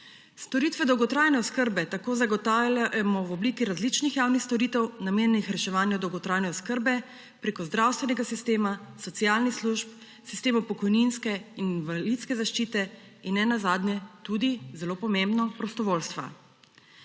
Storitve dolgotrajne oskrbe tako zagotavljamo v obliki različnih javnih storitev, namenjenih reševanju dolgotrajne oskrbe preko zdravstvenega sistema, socialnih služb, sistema pokojninske in invalidske zaščite in nenazadnje – tudi zelo pomembno – prostovoljstva.